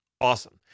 Awesome